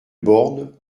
borne